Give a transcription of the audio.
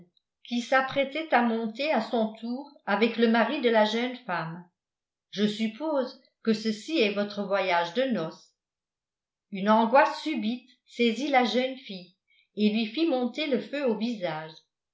qui s'apprêtait à monter à son tour avec le mari de la jeune femme je suppose que ceci est votre voyage de noces une angoisse subite saisit la jeune fille et lui fit monter le feu au visage